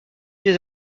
des